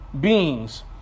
beings